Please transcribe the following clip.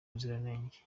ubuziranenge